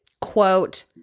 quote